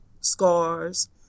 scars